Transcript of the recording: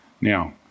Now